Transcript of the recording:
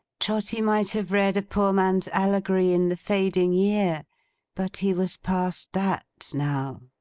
trotty might have read a poor man's allegory in the fading year but he was past that, now.